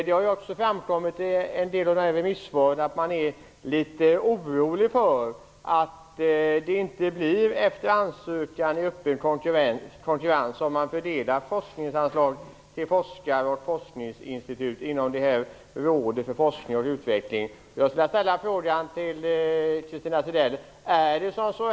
Det har i vissa av remissvaren framkommit att man är litet orolig för att det inte blir en fördelning av anslag till forskare och forskningsinstitut efter ansökningar i öppen konkurrens till rådet för forskning och utveckling.